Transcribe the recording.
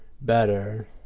better